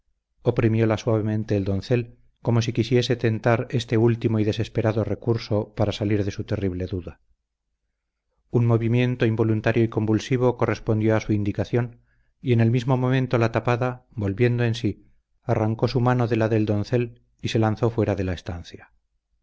la agitaba oprimióla suavemente el doncel como si quisiese tentar este último y desesperado recurso para salir de su terrible duda un movimiento involuntario y convulsivo correspondió a su indicación y en el mismo momento la tapada volviendo en sí arrancó su mano de la del doncel y se lanzó fuera de la estancia